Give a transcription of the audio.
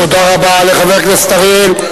תודה רבה לחבר הכנסת אריאל.